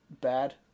Bad